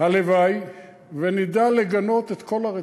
הלוואי שנדע לגנות את כל הרציחות.